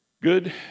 Good